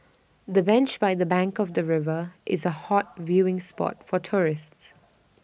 the bench by the bank of the river is A hot viewing spot for tourists